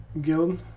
guild